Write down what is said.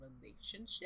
relationship